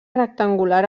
rectangular